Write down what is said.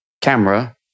camera